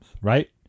right